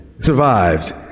survived